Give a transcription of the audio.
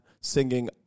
singing